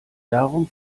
darum